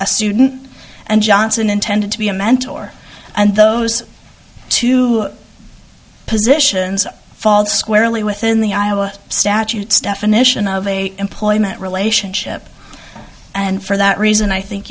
a student and johnson intended to be a mentor and those two positions fall squarely within the iowa statutes definition of a employment relationship and for that reason i think